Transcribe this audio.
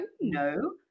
no